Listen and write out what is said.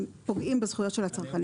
פוגעים בזכויות הצרכנים.